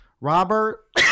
robert